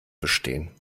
bestehen